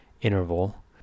interval